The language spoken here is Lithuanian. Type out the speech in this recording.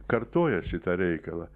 kartoja šitą reikalą